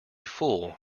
fool